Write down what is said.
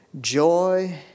joy